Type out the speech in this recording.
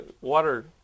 Water